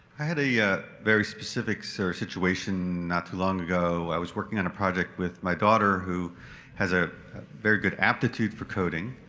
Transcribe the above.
i had a very specific so situation not too long ago. i was working on a project with my daughter who has a very good aptitude for coding.